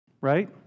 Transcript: right